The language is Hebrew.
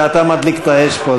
ואתה מדליק את האש פה,